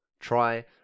Try